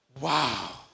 wow